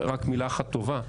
רק מילה אחת טובה.